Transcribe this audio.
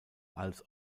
als